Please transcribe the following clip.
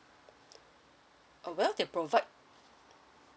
oh well they provide